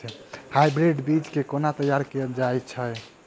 Hybrid बीज केँ केना तैयार कैल जाय छै?